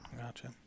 Gotcha